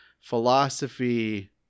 philosophy